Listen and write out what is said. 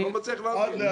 אני לא מצליח להבין.